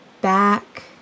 back